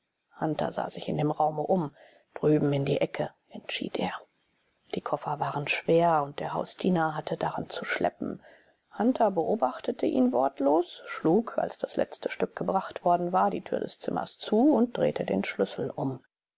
hunter sah sich in dem raume um drüben in die ecke entschied er die koffer waren schwer und der hausdiener hatte daran zu schleppen hunter beobachtete ihn wortlos schlug als das letzte stück gebracht worden war die tür des zimmers zu und drehte den schlüssel um